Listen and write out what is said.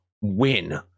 win